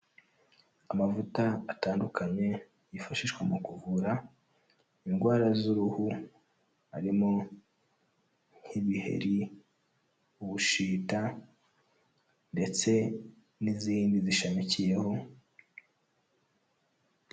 Amavuta atandukanye yifashishwa mu kuvura indwara z'uruhu harimo: nk'ibiheri, ubushita ndetse n'izindi zishamikiyeho.